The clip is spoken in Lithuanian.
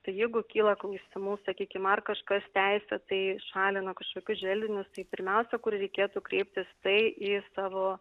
tai jeigu kyla klausimų sakykim ar kažkas teisėtai šalina kažkokius želdinius tai pirmiausia kur reikėtų kreiptis tai į savo